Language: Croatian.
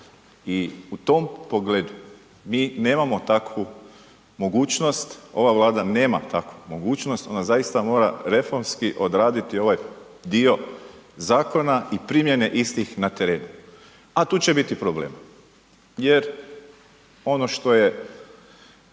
I u tom pogledu mi nemamo takvu mogućnost, ova Vlada nema takvu mogućnost, ona zaista mora reformski odraditi ovaj dio zakona i primjene istih na teren, a tu će biti problema, jer ono što je